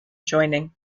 joining